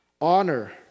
Honor